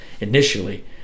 initially